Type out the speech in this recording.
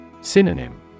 Synonym